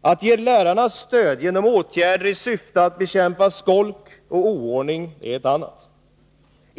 Att ge lärarna stöd genom åtgärder i syfte att bekämpa skolk och oordning är ett annat.